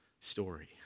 story